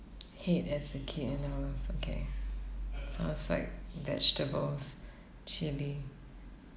hate as a kid and now okay sounds like vegetables chilli